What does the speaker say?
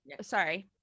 Sorry